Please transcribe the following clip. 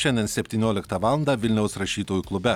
šiandien septynioliktą valandą vilniaus rašytojų klube